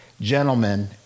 Gentlemen